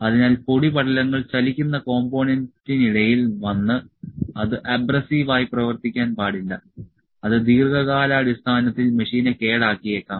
അതിനാൽ പൊടിപടലങ്ങൾ ചലിക്കുന്ന കോംപോണേന്റിനിടയിൽ വന്ന് അത് അബ്രസീവ് ആയി പ്രവർത്തിക്കാൻ പാടില്ല അത് ദീർഘകാലാടിസ്ഥാനത്തിൽ മെഷീനെ കേടാക്കിയേക്കാം